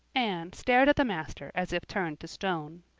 anne stared at the master as if turned to stone.